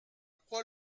crois